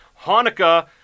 Hanukkah